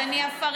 אז אני אפרט,